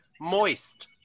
moist